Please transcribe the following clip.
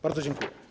Bardzo dziękuję.